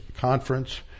conference